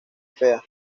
fea